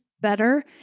better